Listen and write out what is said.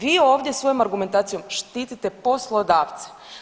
Vi ovdje svojom argumentacijom štite poslodavca.